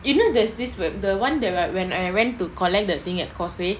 you know there's this with the one that when when I went to collect the thing at causeway